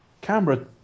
Camera